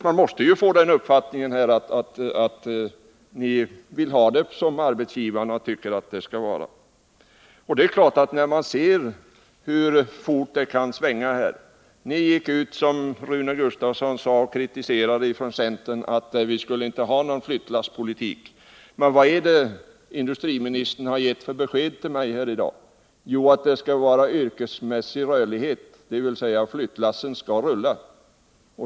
Man måste få den uppfattningen att ni vill ha det som arbetsgivarna tycker det skall vara. Man ser också hur fort det svänger. Som Rune Gustavsson sade gick ni från centern ut och kritiserade flyttlasspolitiken — någon sådan skulle vi inte ha. Men vad är det för besked industriministern har gett till mig i dag? Jo, att det skall vara en yrkesmä ig rörlighet, dvs. att flyttlassen skall rulla.